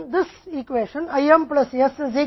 IM plus s बराबर है Q 1 D P